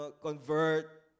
convert